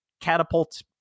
catapult